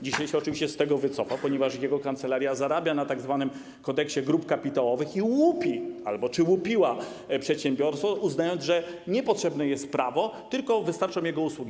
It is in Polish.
Dzisiaj się oczywiście z tego wycofał, ponieważ jego kancelaria zarabia na tzw. kodeksie grup kapitałowych i łupi albo łupiła przedsiębiorców, uznając, że niepotrzebne jest prawo, tylko wystarczą jego usługi.